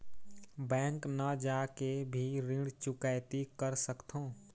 Bank न जाके भी ऋण चुकैती कर सकथों?